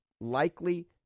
likely